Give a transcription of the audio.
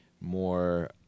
more